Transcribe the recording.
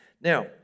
Now